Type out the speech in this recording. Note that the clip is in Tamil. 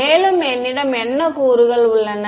மேலும் என்னிடம் என்ன கூறுகள் உள்ளன